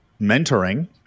mentoring